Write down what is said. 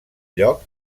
lloc